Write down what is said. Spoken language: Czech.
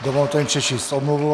Dovolte mi přečíst omluvu.